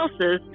else's